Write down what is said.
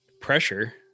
pressure